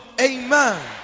Amen